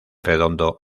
redondo